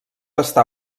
estar